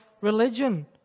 religion